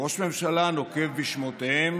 ראש הממשלה נוקב בשמותיהם